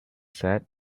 sat